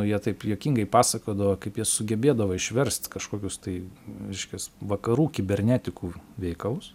jie taip juokingai pasakodavo kaip jie sugebėdavo išverst kažkokius tai reiškias vakarų kibernetikų veikalus